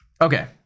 Okay